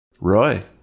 Roy